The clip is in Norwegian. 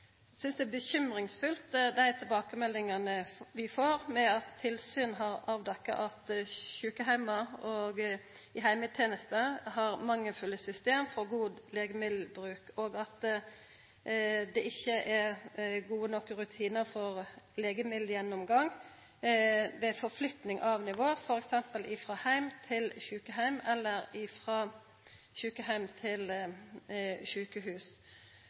synest det er bekymringsfullt med dei tilbakemeldingane vi får, om at tilsyn har avdekt at sjukeheimar og heimetenesta har mangelfulle system for god legemiddelbruk, og at det ikkje er gode nok rutinar for legemiddelgjennomgang ved forflytting av nivå, f.eks. frå heim til sjukeheim eller frå sjukeheim til sjukehus.